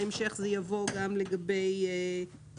בהמשך זה יבוא גם לגבי טרקטורון.